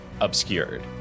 obscured